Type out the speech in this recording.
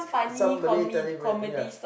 some Malay telemovie yeah